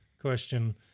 question